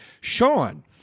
Sean